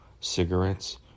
cigarettes